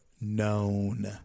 known